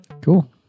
Cool